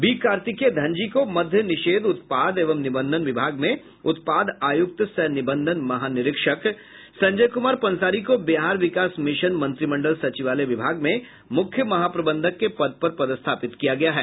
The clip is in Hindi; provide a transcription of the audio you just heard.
बी कार्तिकेय धनजी को मद्य निषेध उत्पाद एवं निबन्धन विभाग में उत्पाद आयुक्त सह निबन्धन महानिरीक्षक संजय कुमार पंसारी को बिहार विकास मिशन मंत्रिमंडल सचिवालय विभाग में मुख्य महाप्रबंधक के पद पर पदस्थापित किया गया है